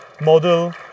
model